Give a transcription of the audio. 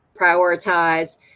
prioritized